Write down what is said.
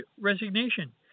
resignation